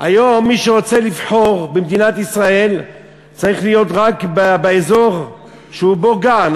היום מי שרוצה לבחור במדינת ישראל צריך להיות רק באזור שהוא גר בו,